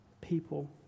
people